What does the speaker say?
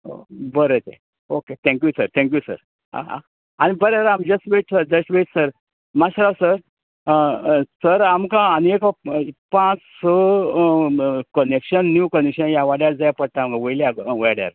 बरें तर okay thank you sir thank you sir आं हां आनी बरें जावं just wait sir just wait मातसो राव सर सर आमकां आनी एक पांच स कनेक्शन न्यू कनेक्शन ह्या वाड्यार जाय पडटा वयल्या वाड्यार